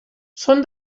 són